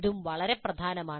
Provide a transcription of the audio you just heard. ഇതും വളരെ പ്രധാനമാണ്